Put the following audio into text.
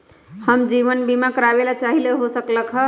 हम जीवन बीमा कारवाबे के चाहईले, हो सकलक ह?